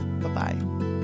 Bye-bye